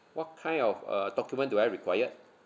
what kind of uh document do I required